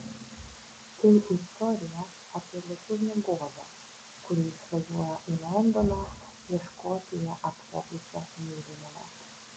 tai istorija apie lietuvę godą kuri išvažiuoja į londoną ieškoti ją apvogusio mylimojo